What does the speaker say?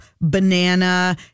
Banana